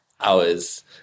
hours